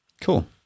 Cool